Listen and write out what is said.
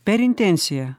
per intenciją